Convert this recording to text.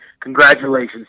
congratulations